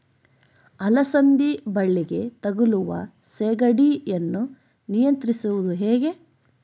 ಅಲಸಂದಿ ಬಳ್ಳಿಗೆ ತಗುಲುವ ಸೇಗಡಿ ಯನ್ನು ನಿಯಂತ್ರಿಸುವುದು ಹೇಗೆ?